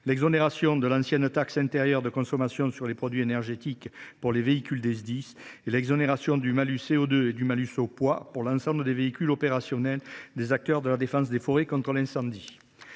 l’exonération de l’ancienne taxe intérieure de consommation sur les produits énergétiques (TICPE) pour les véhicules des Sdis ; l’exonération de malus CO2 et de malus au poids pour l’ensemble des véhicules opérationnels des acteurs de la DFCI. Je salue la lucidité